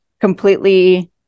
completely